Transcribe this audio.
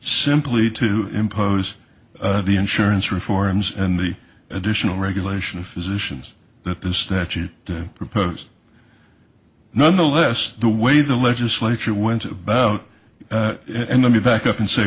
simply to impose the insurance reforms and the additional regulation of physicians that this statute proposed nonetheless the way the legislature went about it and let me back up and say